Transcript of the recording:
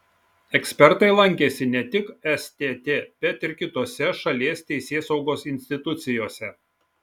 ekspertai lankėsi ne tik stt bet ir kitose šalies teisėsaugos institucijose